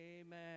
amen